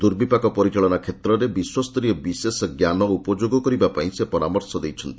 ଦୁର୍ବିପାକ ପରିଚାଳନା କ୍ଷେତ୍ରରେ ବିଶ୍ୱସ୍ତରୀୟ ବିଶେଷ ଜ୍ଞାନ ଉପଯୋଗ କରିବାପାଇଁ ସେ ପରାମର୍ଶ ଦେଇଛନ୍ତି